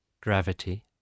gravity